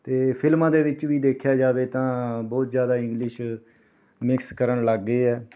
ਅਤੇ ਫਿਲਮਾਂ ਦੇ ਵਿੱਚ ਵੀ ਦੇਖਿਆ ਜਾਵੇ ਤਾਂ ਬਹੁਤ ਜ਼ਿਆਦਾ ਇੰਗਲਿਸ਼ ਮਿਕਸ ਕਰਨ ਲੱਗ ਗਏ ਹੈ